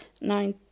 nine